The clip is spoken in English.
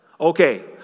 Okay